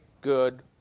good